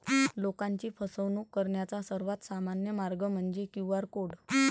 लोकांची फसवणूक करण्याचा सर्वात सामान्य मार्ग म्हणजे क्यू.आर कोड